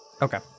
Okay